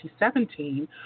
2017